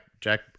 Jack